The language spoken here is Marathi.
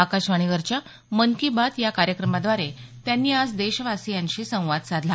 आकाशवाणीवरच्या मन की बात या कार्यक्रमाद्वारे त्यांनी आज देशवासीयांशी संवाद साधला